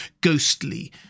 ghostly